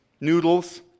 noodles